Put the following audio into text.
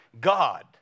God